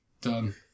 Done